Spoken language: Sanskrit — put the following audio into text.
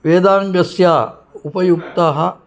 वेदाङ्गस्य उपयुक्तः